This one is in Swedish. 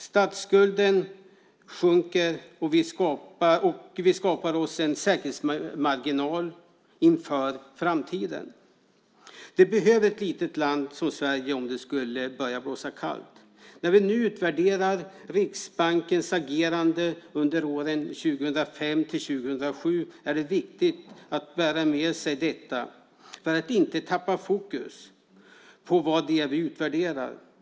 Statsskulden sjunker och vi skapar oss en säkerhetsmarginal inför framtiden. Det behöver ett litet land som Sverige om det skulle börja blåsa kallt. När vi nu utvärderar Riksbankens agerande under åren 2005-2007 är det viktigt att bära med sig detta för att inte tappa fokus på vad det är vi utvärderar.